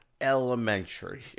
elementary